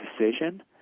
decision